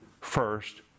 first